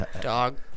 Dog